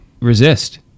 resist